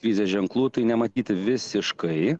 krizės ženklų nematyti visiškai